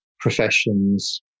professions